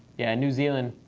yeah, new zealand,